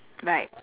right